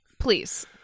Please